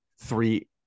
three